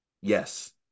yes